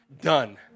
done